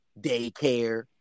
daycare